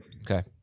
Okay